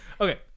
okay